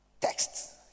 Texts